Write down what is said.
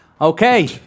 Okay